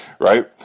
right